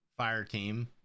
Fireteam